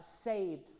saved